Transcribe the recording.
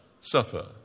suffer